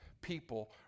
people